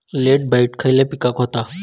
Late blight खयले पिकांका होता?